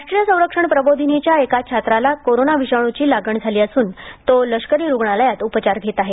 राष्ट्रीय संरक्षण प्रबोधीनि च्या एका छात्राला कोरोना विषाणू ची लागण झाली असून तो लष्करी रुग्णालयात उपचार घेत आहे